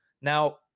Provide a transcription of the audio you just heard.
Now